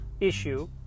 issue